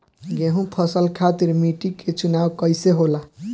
गेंहू फसल खातिर मिट्टी के चुनाव कईसे होला?